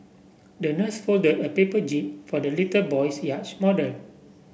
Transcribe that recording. the nurse folded a paper jib for the little boy's yacht model